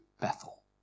Bethel